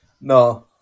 No